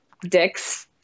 Dick's